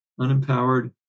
unempowered